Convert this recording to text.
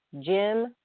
Jim